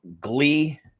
Glee